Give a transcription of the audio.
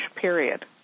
period